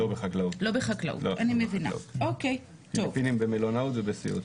לא בחקלאות, הפיליפינים זה במלונאות ובסיעוד.